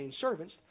servants